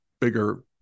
bigger